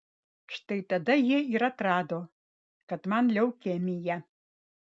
štai tada jie ir atrado kad man leukemija